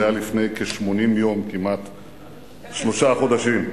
זה היה לפני כמעט 80 יום, שלושה חודשים.